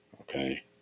okay